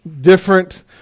Different